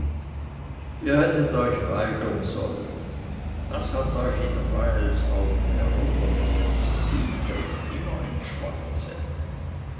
ihr hättet euch weigern sollen das hat euch in rahels augen heruntergesetzt sie trifft immer ins schwarze